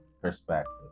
perspective